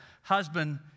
husband